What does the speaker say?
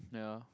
ya